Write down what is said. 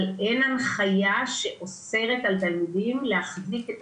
אבל אין הנחייה שאוסרת על תלמידים להחזיק את